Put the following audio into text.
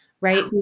right